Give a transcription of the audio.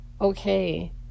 okay